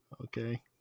Okay